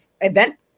event